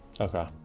Okay